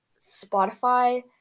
Spotify